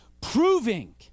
proving